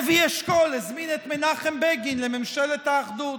לוי אשכול הזמין את מנחם בגין לממשלת האחדות.